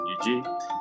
UG